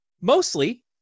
mostly